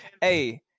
Hey